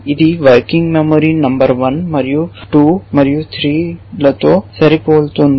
ఇది working memory number 1 మరియు 2 మరియు 3 లతో సరిపోలుతోంది